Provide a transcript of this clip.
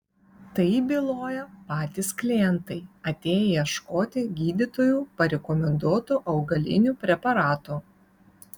tai byloja patys klientai atėję ieškoti gydytojų parekomenduotų augalinių preparatų